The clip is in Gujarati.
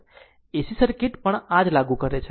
AC સર્કિટ પર પણ આ જ લાગુ પડશે